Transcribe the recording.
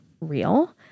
real